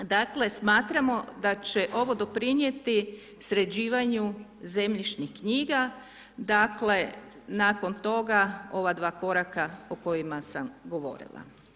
Dakle, smatramo da će ovo doprinijeti sređivanju zemljišnih knjiga, dakle nakon toga ova dva koraka o kojima sam govorila.